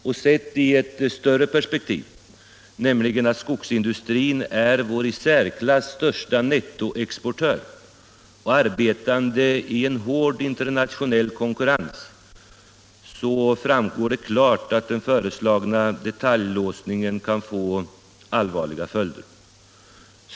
Och sett i ett större perspektiv — nämligen att skogsindustrin är vår i särklass största nettoexportör och arbetar i hård internationell konkurrens — framgår det klart att den föreslagna detaljlåsningen kan få allvarliga följder.